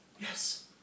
Yes